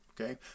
okay